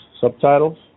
subtitles